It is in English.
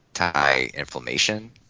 anti-inflammation